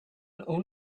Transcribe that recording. own